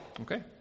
Okay